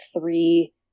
three